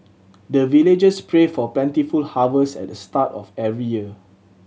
the villagers pray for plentiful harvest at the start of every year